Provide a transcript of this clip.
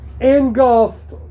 engulfed